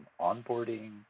onboarding